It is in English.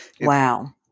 Wow